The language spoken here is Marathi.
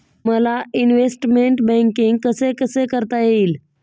मला इन्वेस्टमेंट बैंकिंग कसे कसे करता येईल?